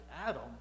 Adam